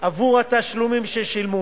עבור התשלומים ששילמו.